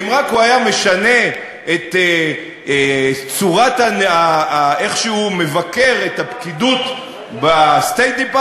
ואם רק הוא היה משנה את איך שהוא מבקר את הפקידוּת ב-State-Department,